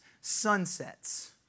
sunsets